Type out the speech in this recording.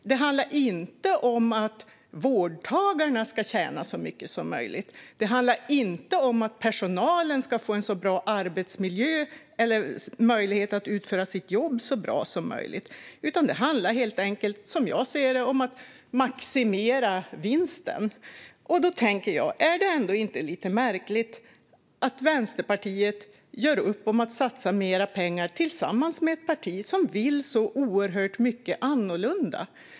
Det handlar inte om att vårdtagarna ska tjäna så mycket som möjligt. Det handlar inte om att personalen ska få en så bra arbetsmiljö som möjligt eller kunna utföra sitt jobb så bra som möjligt. Det handlar helt enkelt, som jag ser det, om att maximera vinsten. Är det ändå inte lite märkligt att Vänsterpartiet gör upp om att satsa mer pengar tillsammans med ett parti som vill så oerhört mycket annorlunda?